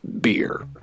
beer